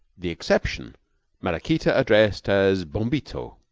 the exception maraquita addressed as bombito.